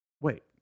Wait